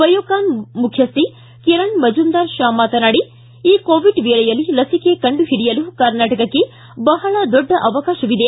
ಬಯೋಕಾನ್ ಮುಖ್ಯಸ್ಥೆ ಕಿರಣ್ ಮಜುಂದಾರ್ ಮಾತನಾಡಿ ಈ ಕೋವಿಡ್ ವೇಳೆಯಲ್ಲಿ ಲಸಿಕೆ ಕಂಡುಹಿಡಿಯಲು ಕರ್ನಾಟಕಕ್ಕೆ ಬಹಳ ದೊಡ್ಡ ಅವಕಾಶವಿದೆ